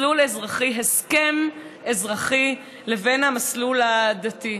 מסלול אזרחי, הסכם אזרחי, לבין המסלול הדתי.